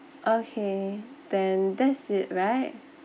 okay then that's it right